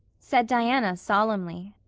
said diana solemnly.